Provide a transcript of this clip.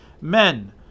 Men